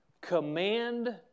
Command